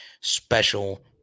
special